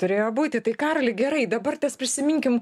turėjo būti tai karoli gerai dabar prisiminkim